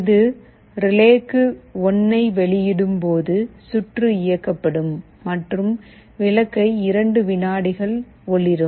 இது ரிலேக்கு 1 ஐ வெளியிடும் போது சுற்று இயக்கப்படும் மற்றும் விளக்கை 2 வினாடிகள் ஒளிரும்